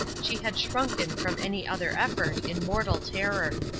she had shrunken from any other effort, in mortal terror.